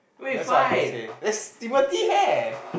that's all I can say that's Timothy have